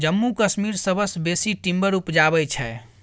जम्मू कश्मीर सबसँ बेसी टिंबर उपजाबै छै